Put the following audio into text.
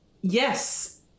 Yes